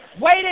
wait